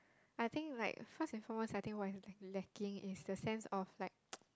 I think like first and foremost I think what is like lacking is the sense of like